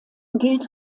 gilt